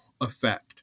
effect